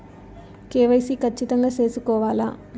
KYC ఖచ్చితంగా సేసుకోవాలా